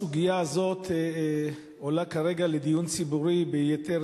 הסוגיה הזאת עולה כרגע לדיון ציבורי ביתר